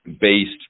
based